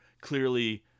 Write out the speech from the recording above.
Clearly